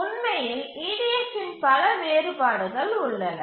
உண்மையில் EDF இன் பல வேறுபாடுகள் உள்ளன